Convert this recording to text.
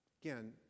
Again